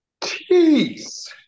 Jeez